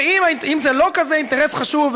ואם זה לא כזה אינטרס חשוב,